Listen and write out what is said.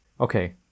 Okay